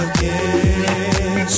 Again